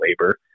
labor